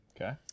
Okay